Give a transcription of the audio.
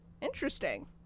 Interesting